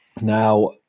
Now